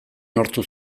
nortzuk